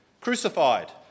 crucified